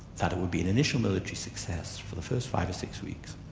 that it would be an initial military success for the first five or six weeks,